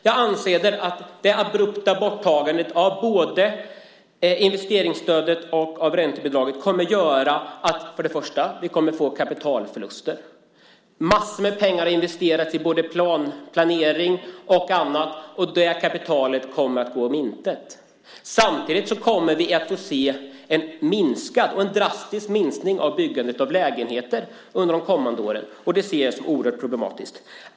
Jag anser att det abrupta borttagandet av både investeringsstödet och räntebidraget kommer att göra att vi får kapitalförluster. Massor av pengar investeras i planering och annat, och det kapitalet kommer att gå om intet. Samtidigt kommer vi under de kommande åren att få se en drastisk minskning av byggandet av lägenheter, vilket jag ser som oerhört problematiskt.